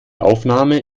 aufnahme